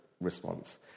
response